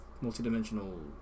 multi-dimensional